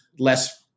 less